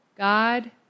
God